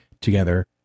together